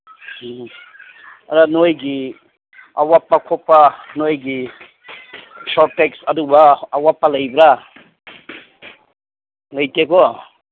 ꯎꯝ ꯅꯣꯏꯒꯤ ꯑꯋꯥꯠꯄ ꯈꯣꯠꯄ ꯅꯣꯏꯒꯤ ꯁꯣꯔꯇꯦꯖ ꯑꯗꯨꯒ ꯑꯋꯥꯠꯄ ꯂꯩꯕ꯭ꯔꯥ ꯂꯩꯇꯦꯀꯣ